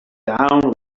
down